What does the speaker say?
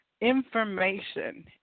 information